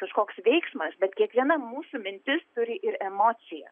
kažkoks veiksmas bet kiekviena mūsų mintis turi ir emociją